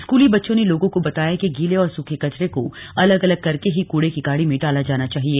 स्कूली बच्चों ने लोगों को बताया गया कि गीले और सूखे कचरे को अलग अलग करके ही कूड़े की गाड़ी में डाला जाना चाहिए